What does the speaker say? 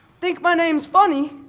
think my name's funny?